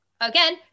again